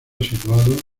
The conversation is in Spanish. situado